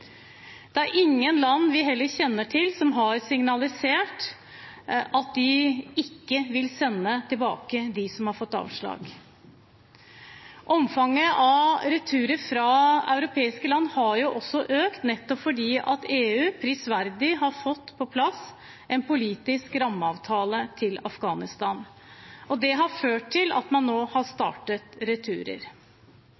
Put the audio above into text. Det er heller ingen land vi kjenner til, som har signalisert at de ikke vil sende tilbake dem som har fått avslag. Omfanget av returer fra europeiske land har også økt, nettopp fordi EU prisverdig har fått på plass en politisk rammeavtale med Afghanistan. Det har ført til at man nå har